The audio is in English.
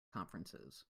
conferences